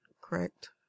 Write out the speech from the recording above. Correct